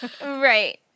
right